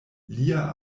lia